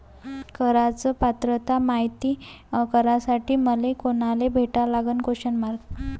कराच पात्रता मायती करासाठी मले कोनाले भेटा लागन?